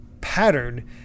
pattern